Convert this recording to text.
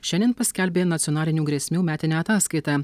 šiandien paskelbė nacionalinių grėsmių metinę ataskaitą